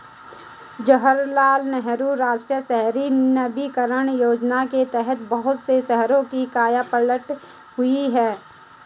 जवाहरलाल नेहरू राष्ट्रीय शहरी नवीकरण योजना के तहत बहुत से शहरों की काया पलट हुई है